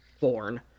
born